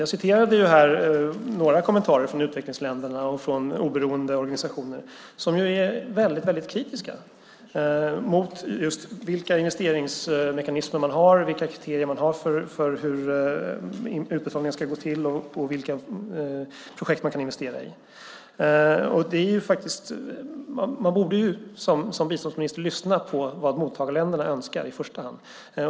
Jag återgav några kommentarer från utvecklingsländerna och från oberoende organisationer som ju är väldigt kritiska mot just vilka investeringsmekanismer man har, vilka kriterier man har för hur utbetalningarna ska gå till och vilka projekt det är möjligt att investera i. Som biståndsminister borde man lyssna på vad mottagarländerna önskar i första hand.